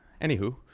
anywho